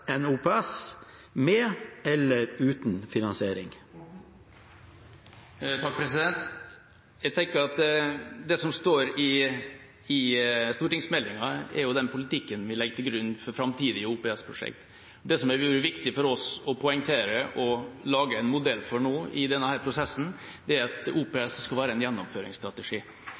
OPS med eller uten finansiering? Jeg tenker at det som står i stortingsmeldinga, er den politikken vi legger til grunn for framtidige OPS-prosjekt. Det som er viktig for oss å poengtere og lage en modell for nå i denne prosessen, er at